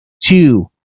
two